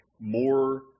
more